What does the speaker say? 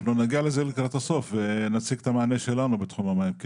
נגיע לזה לקראת הסוף ונציג את המענה שלנו בתחום המים.